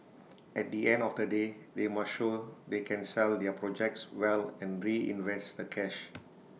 at the end of the day they must show they can sell their projects well and reinvest the cash